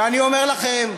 ואני אומר לכם,